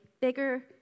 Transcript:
bigger